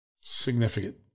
Significant